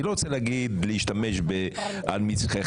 אני לא רוצה להשתמש במילים: על מצחך.